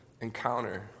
encounter